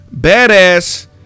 Badass